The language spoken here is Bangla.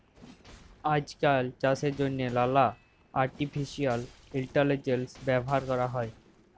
আইজকাল চাষের জ্যনহে লালা আর্টিফিসিয়াল ইলটেলিজেলস ব্যাভার ক্যরা হ্যয়